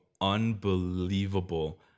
unbelievable